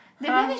!huh!